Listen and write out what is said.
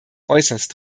äußerst